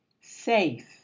Safe